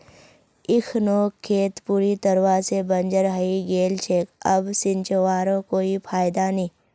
इखनोक खेत पूरी तरवा से बंजर हइ गेल छेक अब सींचवारो कोई फायदा नी